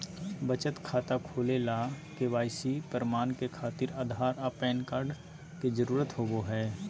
बचत खाता खोले ला के.वाइ.सी प्रमाण के खातिर आधार आ पैन कार्ड के जरुरत होबो हइ